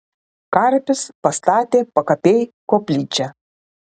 karpis pastatė pakapėj koplyčią